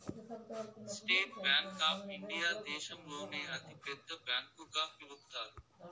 state bank of India దేశంలోనే అతి పెద్ద బ్యాంకు గా పిలుత్తారు